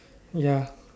ya